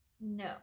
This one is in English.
No